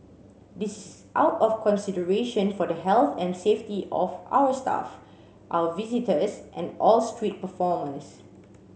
this is out of consideration for the health and safety of our staff our visitors and all street performers